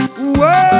Whoa